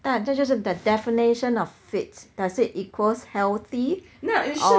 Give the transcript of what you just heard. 但这就是 the definition of fit does it equals healthy or